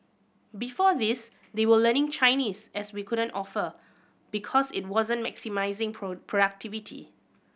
before this they were learning Chinese as we couldn't offer because it wasn't maximising productivity